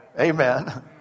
amen